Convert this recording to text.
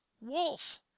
wolf